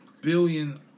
billion